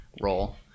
role